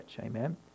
Amen